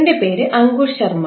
എന്റെ പേര് അങ്കുഷ് ശർമ്മ